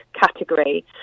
category